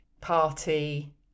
party